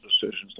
decisions